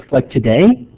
like today.